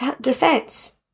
defense